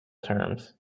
terms